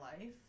life